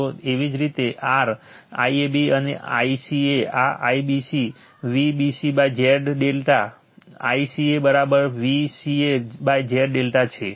તો એવી જ રીતે r IBC અને ICA આ IBC VbcZ ∆ ICA VcaZ ∆ છે